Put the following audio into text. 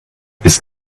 ist